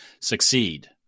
succeed